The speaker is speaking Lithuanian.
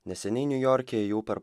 neseniai niujorke ėjau per